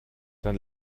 dann